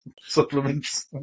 supplements